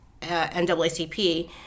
NAACP